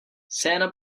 santa